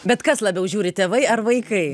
bet kas labiau žiūri tėvai ar vaikai